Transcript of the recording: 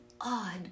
odd